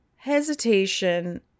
hesitation